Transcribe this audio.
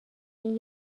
این